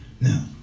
Now